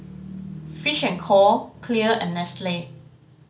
Fish and Co Clear and Nestle